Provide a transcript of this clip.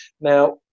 Now